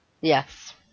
Yes